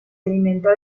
alimenta